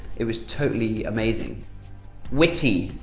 it was totally amazing' witty.